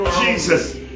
jesus